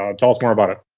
um tell us more about it.